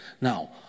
Now